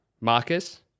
Marcus